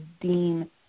Dean